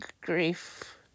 Grief